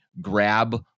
grab